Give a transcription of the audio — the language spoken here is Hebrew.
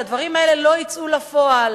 שהדברים האלה לא יצאו לפועל.